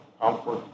comfort